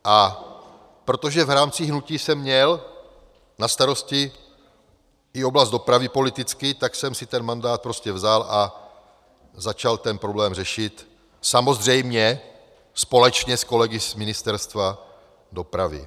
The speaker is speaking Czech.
A protože v rámci hnutí jsem měl na starosti i oblast dopravy politicky, tak jsem si ten mandát prostě vzal a začal ten problém řešit, samozřejmě společně s kolegy z Ministerstva dopravy.